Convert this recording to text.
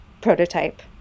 prototype